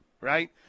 right